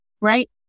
right